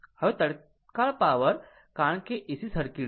હવે તત્કાળ પાવર કારણ કે AC સર્કિટ છે